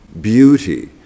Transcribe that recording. beauty